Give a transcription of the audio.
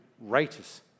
righteous